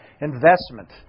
investment